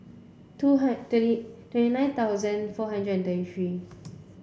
two twenty twenty nine thousand four hundred and thirty three